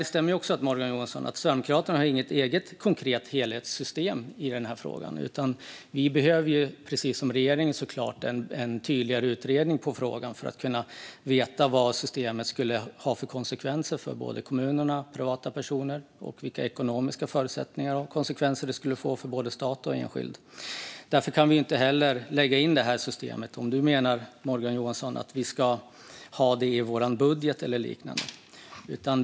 Det stämmer också, Morgan Johansson, att Sverigedemokraterna inte har något konkret helhetssystem i frågan. Vi behöver, precis som regeringen, få se en tydligare utredning i frågan för att kunna veta vad systemet skulle ge i fråga om ekonomiska förutsättningar och konsekvenser för stat, kommuner och privatpersoner. Därför kan vi inte heller lägga in systemet i vår budget eller liknande, om det är vad Morgan Johansson menar.